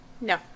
No